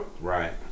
Right